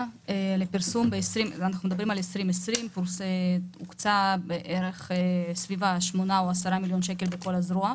לפרסום ב-2020 תוקצב סביב 8 או 10 מיליון שקל בכל הזרוע.